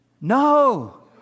No